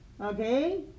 Okay